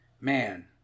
Man